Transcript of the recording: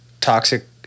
toxic –